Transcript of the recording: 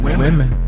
women